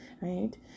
right